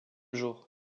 jour